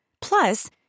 Plus